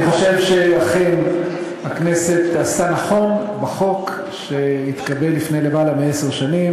אני חושב שאכן הכנסת עשתה נכון בחוק שהתקבל לפני יותר מעשר שנים.